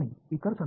आणि इतर